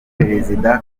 perezida